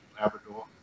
labrador